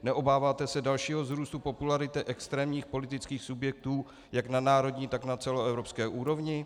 Neobáváte se dalšího vzrůstu popularity extrémních politických subjektů jak na národní, tak na celoevropské úrovni?